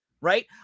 right